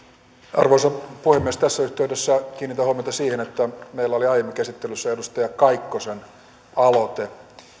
arvoisa puhemies tässä yhteydessä kiinnitän huomiota siihen että meillä oli aiemmin käsittelyssä edustaja kaikkosen aloite